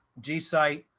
g site,